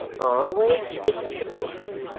always speak the truth.